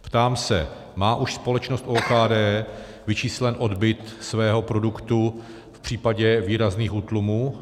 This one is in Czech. Ptám se: Má už společnost OKD vyčíslen odbyt svého produktu v případě výrazných útlumů?